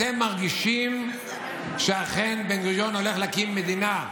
אתם מרגישים שאכן בן-גוריון הולך להקים מדינה,